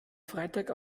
freitag